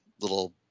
little